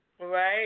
Right